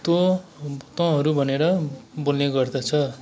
तँ तँहरू भनेर बोल्ने गर्दछ